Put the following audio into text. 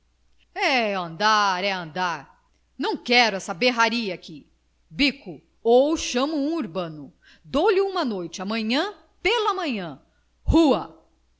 é andar é andar não quero esta berraria aqui bico ou chamo um urbano dou-lhe uma noite amanhã pela manhã rua